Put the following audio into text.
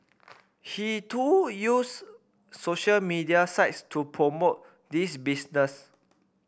he too used social media sites to promote this business